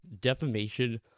defamation